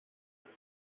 τους